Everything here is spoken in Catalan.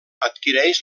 adquireix